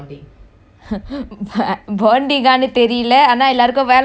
bonding ah தெரியலை ஆனா எல்லாருக்கு வேலை வாங்கிருக்க:theriyele aanaa ellaruku vellai vaangirukke